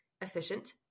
efficient